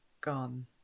gone